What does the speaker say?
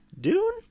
Dune